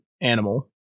animal